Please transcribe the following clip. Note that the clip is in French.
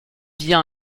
via